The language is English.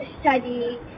study